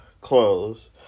close